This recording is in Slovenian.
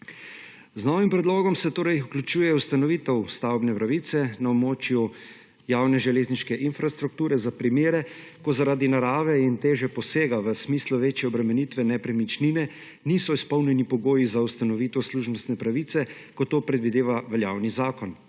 Z novim predlogom se torej vključuje ustanovitev stavbne pravice na območju javne železniške infrastrukture za primere, ko zaradi narave in teže posega v smislu večje obremenitve nepremičnine niso izpolnjeni pogoji za ustanovitev služnostne pravice, kot to predvideva veljavni zakon.